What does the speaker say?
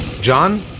John